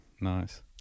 nice